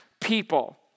people